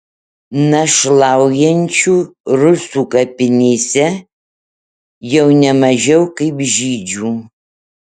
našlaujančių rusių kapinėse jau ne mažiau kaip žydžių